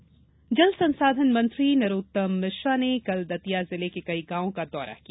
किसान राहत जल संसाधन मंत्री नरोत्तम मिश्रा ने कल दतिया जिले के कई गॉवों का दौरा किया